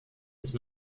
ist